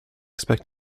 expect